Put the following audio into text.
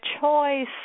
choice